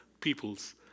peoples